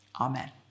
Amen